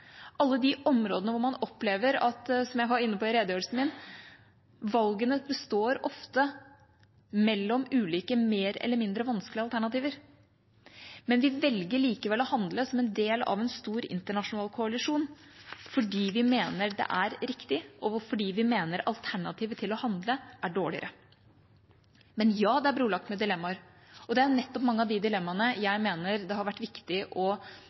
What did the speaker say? alle de områdene hvor man opplever at valgene, som jeg var inne på i redegjørelsen min, ofte står mellom ulike mer eller mindre vanskelige alternativer. Men vi velger likevel å handle – som en del av en stor internasjonal koalisjon – fordi vi mener det er riktig, og fordi vi mener at alternativet til å handle er dårligere. Men ja, det er brolagt med dilemmaer, og det er nettopp mange av de dilemmaene jeg mener det har vært viktig å